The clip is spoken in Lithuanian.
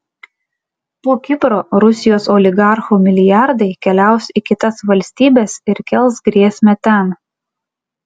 po kipro rusijos oligarchų milijardai keliaus į kitas valstybes ir kels grėsmę ten